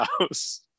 house